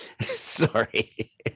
Sorry